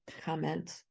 comment